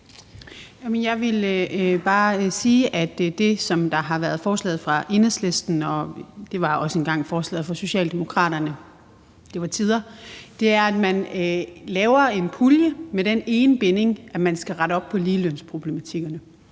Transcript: Jeg vil bare sige, at det, som har været forslaget fra Enhedslisten, og det var også engang forslaget fra Socialdemokraterne – det var tider – er, at man laver en pulje med den ene binding, at man skal rette op på ligelønsproblematikken,